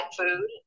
food